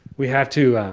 we have to